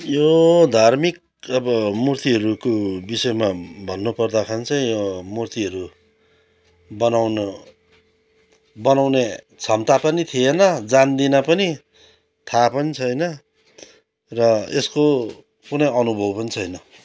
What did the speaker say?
यो धार्मिक अब मुर्तीहरूको विषयमा भन्नुपर्दाखेरि चाहिँ यो मुर्तीहरू बनाउन बनाउने क्षमता पनि थिएन जान्दिनँ पनि थाहा पनि छैन र यसको कुनै अनुभव पनि छैन